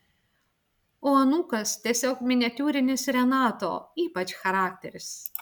o anūkas tiesiog miniatiūrinis renato ypač charakteris